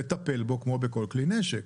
לטפל בו כמו כל כלי נשק.